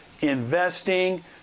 investing